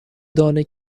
دانه